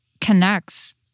connects